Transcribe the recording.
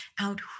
out